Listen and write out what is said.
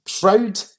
proud